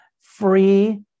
free